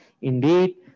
Indeed